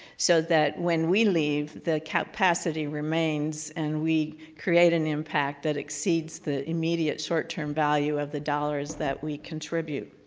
so that when we leave the capacity remains and we create an impact that exceeds the immediate short-term value of the dollars that we contribute.